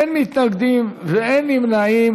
אין מתנגדים ואין נמנעים.